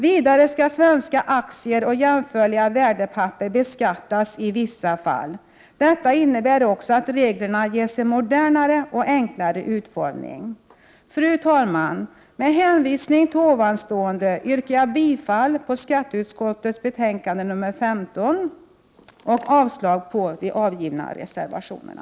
Vidare skall svenska aktier och jämförliga värdepapper beskattas i vissa fall. Detta innebär också att reglerna ges en modernare och enklare utformning. Fru talman! Med hänvisning till ovanstående yrkar jag bifall till hemställan i dess helhet i SkU:s betänkande nr 15 och avslag på reservationerna.